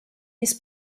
his